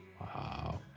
Wow